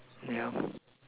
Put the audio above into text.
yup